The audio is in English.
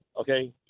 okay